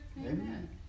Amen